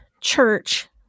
church